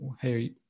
hey